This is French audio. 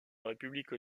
république